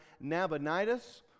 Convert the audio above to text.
Nabonidus